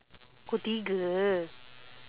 pukul tiga